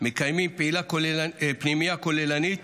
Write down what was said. מקיימים פנימייה כוללנית